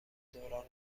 دوران